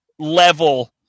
level